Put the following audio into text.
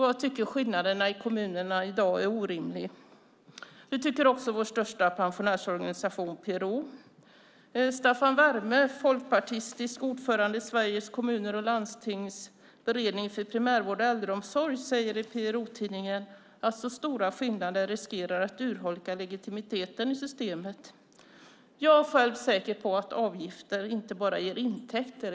Jag tycker att skillnaderna i kommunerna i dag är orimliga, och det tycker också vår största pensionärsorganisation PRO. Staffan Werme, folkpartistisk ordförande i Sveriges Kommuner och Landstings beredning för primärvård och äldreomsorg, säger i PRO-tidningen att så stora skillnader riskerar att urholka legitimiteten i systemet. Jag är säker på att avgifter inte bara ger intäkter.